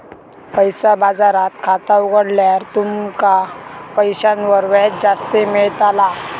पैसा बाजारात खाता उघडल्यार तुमका पैशांवर व्याज जास्ती मेळताला